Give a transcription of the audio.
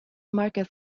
market